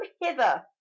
hither